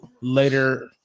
later